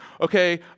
okay